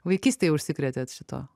vaikystėj užsikrėtėt šituo